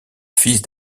fils